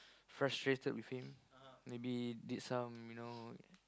frustrated with him maybe did some you know